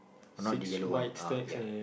not the yellow one uh ya